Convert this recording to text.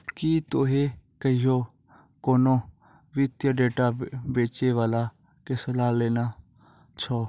कि तोहें कहियो कोनो वित्तीय डेटा बेचै बाला के सलाह लेने छो?